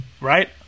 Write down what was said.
right